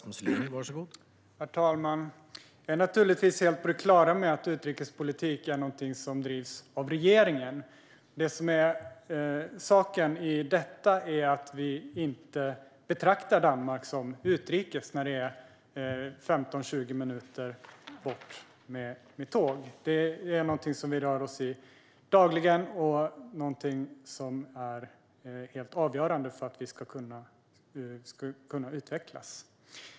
Herr talman! Jag är helt på det klara med att utrikespolitik är något som drivs av regeringen. Men till saken hör att vi inte betraktar Danmark som utrikes, eftersom det ligger 15-20 minuter bort med tåg och vi rör oss där dagligen. Det är helt avgörande för att vi ska kunna utvecklas.